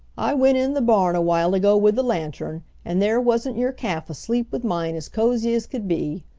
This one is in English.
i went in the barn a while ago with the lantern, and there wasn't your calf asleep with mine as cozy as could be.